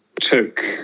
took